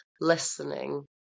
listening